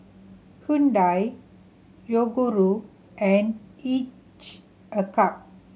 Hyundai Yoguru and Each a Cup